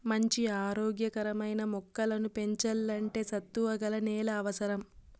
మంచి ఆరోగ్య కరమైన మొక్కలను పెంచల్లంటే సత్తువ గల నేల అవసరం